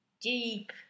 Deep